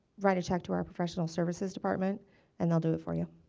write a check to our professional services department and they'll do it for you.